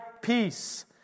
peace